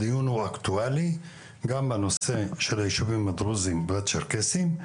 הדיון הוא אקטואלי גם בנושא של הישובים הדרוזים והצ'רקסיים,